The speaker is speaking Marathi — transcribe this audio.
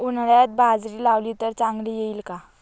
उन्हाळ्यात बाजरी लावली तर चांगली येईल का?